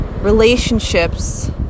relationships